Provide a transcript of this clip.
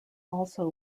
also